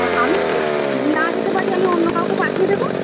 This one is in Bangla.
আর আমি না যেতে পারি আমি অন্য কাউকে পাঠিয়ে দেবো